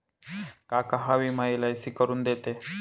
काका हा विमा एल.आय.सी करून देते